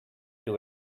too